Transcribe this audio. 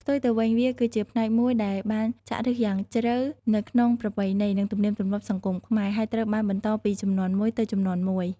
ផ្ទុយទៅវិញ វាគឺជាផ្នែកមួយដែលបានចាក់ឫសយ៉ាងជ្រៅនៅក្នុងប្រពៃណី និងទំនៀមទម្លាប់សង្គមខ្មែរ ហើយត្រូវបានបន្តពីជំនាន់មួយទៅជំនាន់មួយ។